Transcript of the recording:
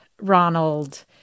Ronald